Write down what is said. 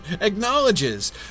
acknowledges